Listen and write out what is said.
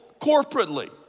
corporately